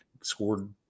scored